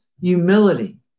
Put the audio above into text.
humility